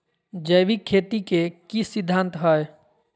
जैविक खेती के की सिद्धांत हैय?